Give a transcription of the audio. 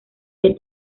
que